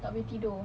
tak boleh tidur